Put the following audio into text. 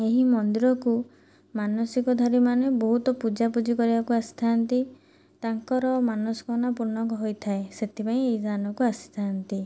ଏହି ମନ୍ଦିରକୁ ମାନସିକଧାରୀ ମାନେ ବହୁତ ପୂଜାପୁଜି କରିବାକୁ ଆସିଥାନ୍ତି ତାଙ୍କର ମନସ୍କାମନା ପୂର୍ଣ୍ଣ ହୋଇଥାଏ ସେଥିପାଇଁ ଏହି ସ୍ଥାନକୁ ଆସିଥାନ୍ତି